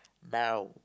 now